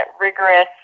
rigorous